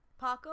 Paco